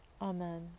Amen